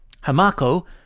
Hamako